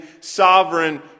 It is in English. sovereign